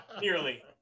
nearly